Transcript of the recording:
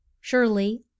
Surely